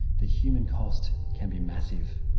the human cost can be massive.